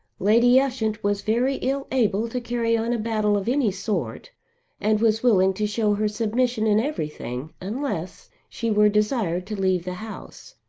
lady ushant was very ill able to carry on a battle of any sort and was willing to show her submission in everything unless she were desired to leave the house.